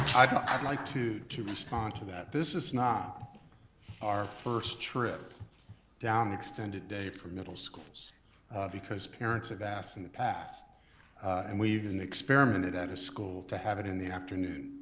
i'd like to to respond to that. this is not our first trip down extended day for middle schools because parents have asked in the past and we even experimented at a school to have it in the afternoon.